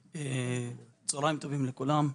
צוהריים טובים לכולם,